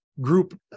group